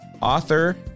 author